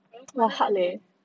如果那个脸